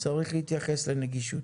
שצריך להתייחס לנגישות.